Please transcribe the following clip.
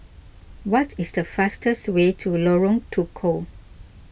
what is the fastest way to Lorong Tukol